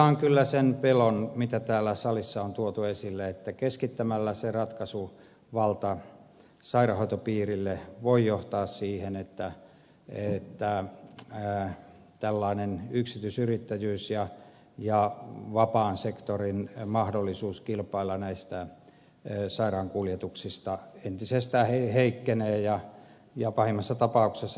jaan kyllä sen pelon mikä täällä salissa on tuotu esille että ratkaisuvallan keskittäminen sairaanhoitopiirille voi johtaa siihen että tällainen yksityisyrittäjyys ja vapaan sektorin mahdollisuus kilpailla näistä sairaankuljetuksista entisestään heikkenee ja pahimmassa tapauksessa loppuu